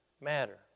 matter